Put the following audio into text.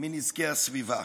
מנזקי הסביבה.